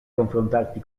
confrontarti